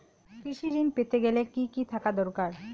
কৃষিঋণ পেতে গেলে কি কি থাকা দরকার?